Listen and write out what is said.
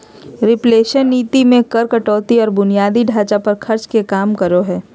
reflation नीति मे कर कटौती आर बुनियादी ढांचा पर खर्च के काम करो हय